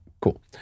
cool